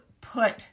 put